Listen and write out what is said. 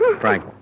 Frank